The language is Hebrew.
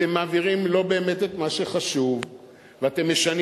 אתם מעבירים לא באמת את מה שחשוב ואתם משנים